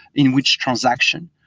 in which transaction,